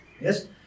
Yes